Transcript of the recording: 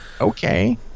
Okay